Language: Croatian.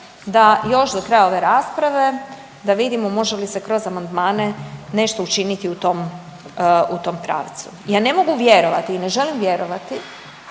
da još do kraja ove rasprave da vidimo može li se kroz amandmane nešto učiniti u tom, u tom pravcu. Ja ne mogu vjerovati i ne želim vjerovati